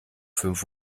fünf